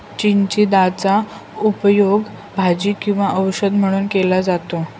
चिचिंदाचा उपयोग भाजी आणि औषध म्हणून केला जातो